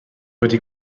wedi